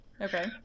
okay